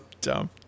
dumb